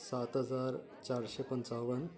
सात हजार चारशें पंचावन